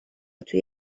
توی